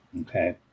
Okay